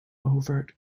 overt